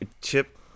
Chip